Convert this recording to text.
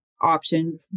option